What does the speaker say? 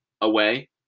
away